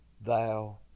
thou